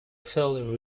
felt